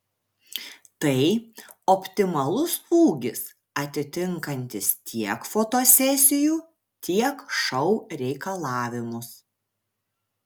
tai optimalus ūgis atitinkantis tiek fotosesijų tiek šou reikalavimus